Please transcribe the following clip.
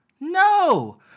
No